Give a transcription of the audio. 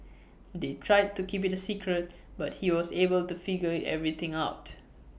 they tried to keep IT A secret but he was able to figure everything out